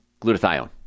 glutathione